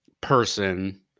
person